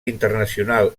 internacional